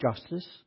justice